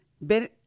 ver